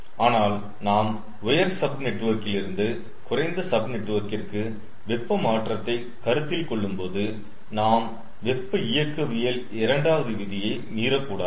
ஆனால் நாம் உயர் சப் நெட்வொர்க்கிலிருந்து குறைந்த சப் நெட்வொர்கிருக்கு வெப்ப மாற்றத்தை கருத்தில் கொள்ளும்போது நாம் வெப்ப இயக்கவியல் இரண்டாவது விதியை மீறக்கூடாது